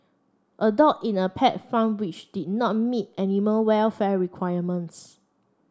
a dog in a pet farm which did not meet animal welfare requirements